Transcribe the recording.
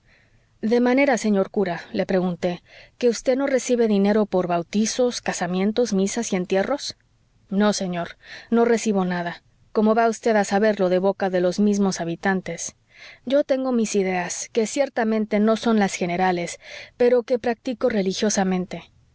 de manera señor cura le pregunté que vd no recibe dinero por bautizos casamientos misas y entierros no señor no recibo nada como va vd a saberlo de boca de los mismos habitantes yo tengo mis ideas que ciertamente no son las generales pero que practico religiosamente